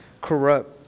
corrupt